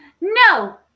no